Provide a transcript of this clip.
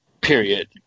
period